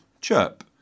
chirp